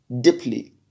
deeply